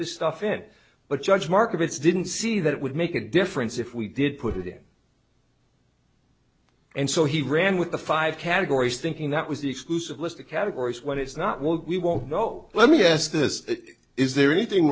this stuff in but judge markets didn't see that it would make a difference if we did put it in and so he ran with the five categories thinking that was the exclusive list of categories when it's not what we won't know let me ask this is there anything